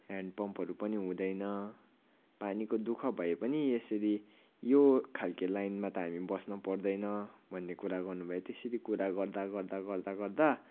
hand पम्पहरू पनि हुँदैन पानीको दु ख भए पनि यसरी यो खालको लाइनमा त हामी बस्न पर्दैन भन्ने कुरा गर्नुभयो त्यसरी कुरा गर्दा गर्दा गर्दा गर्दा